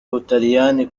butaliyani